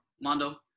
Mondo